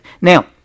Now